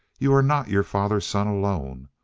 you are not your father's son alone.